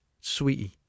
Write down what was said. sweetie